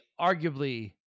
arguably